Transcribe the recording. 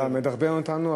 אז אתה מדרבן אותנו,